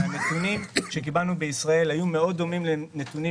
הנתונים שקיבלנו בישראל היו מאוד דומים לנתונים